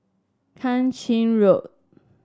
Kang Ching Road